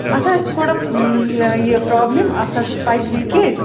اَتھ حظ چھِ تھوڑا یہِ پرٛابلِم اَتھ حظ ٲسۍ پایپ لیٖکیج